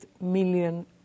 million